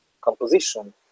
composition